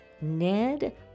Ned